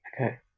Okay